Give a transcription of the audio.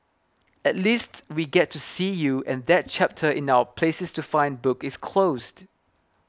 at least we get to see you and that chapter in our places to find book is closed